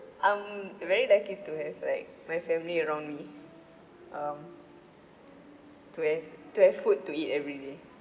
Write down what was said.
I'm very lucky to have like my family around me um to have to have food to eat everyday